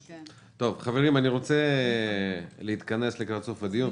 חברים, אני רוצה להתכנס לסיום הדיון.